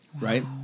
right